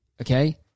okay